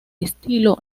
estilo